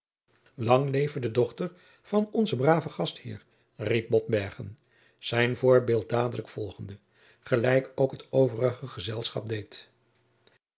lang leve de dochter van onzen braven gastheer riep botbergen zijn voorbeeld dadelijk volgende gelijk ook het overige gezelschap deed